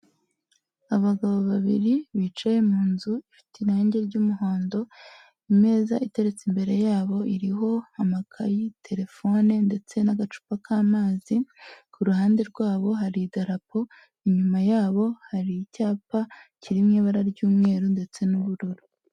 Abagabo babiri bicaye mu nzu ifite irangi ry'umuhondo, imeza iteretse imbere yabo iriho amakayi terefone ndetse n'agacupa k'amazi, ku ruhande rwabo hari idarapo inyuma yabo hari, icyapa kiri mu ibara ry'umweru ndetse n'ubururu.